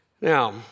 Now